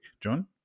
John